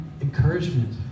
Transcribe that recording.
encouragement